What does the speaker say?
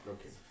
Okay